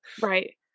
Right